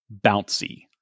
bouncy